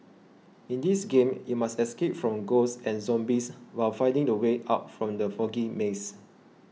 in this game you must escape from ghosts and zombies while finding the way out from the foggy maze